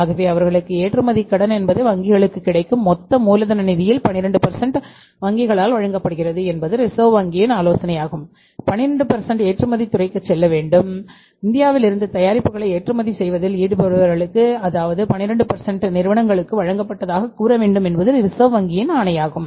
ஆகவே அவர்களுக்கு ஏற்றுமதி கடன் என்பது வங்கிகளுடன் கிடைக்கும் மொத்த மூலதன நிதிகளில் 12 வங்கிகளால் வழங்கப்படுகிறது என்பது ரிசர்வ் வங்கியின் ஆலோசனையாகும் 12 ஏற்றுமதி துறைக்குச் செல்ல வேண்டும் இந்தியாவில் இருந்து தயாரிப்புகளை ஏற்றுமதி செய்வதில் ஈடுபடுபவர்களுக்கு அதாவது 12 நிறுவனங்களுக்கு வழங்கப்பட்டதாகக் கூற வேண்டும் என்பது ரிசர்வ் வங்கியின் ஆணையாகும்